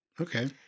Okay